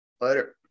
Later